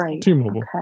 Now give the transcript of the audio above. T-Mobile